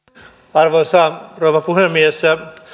arvoisa rouva puhemies